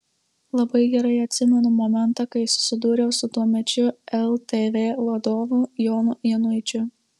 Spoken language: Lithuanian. labai gerai atsimenu momentą kai susidūriau su tuomečiu ltv vadovu jonu januičiu